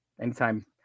Anytime